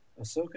Ahsoka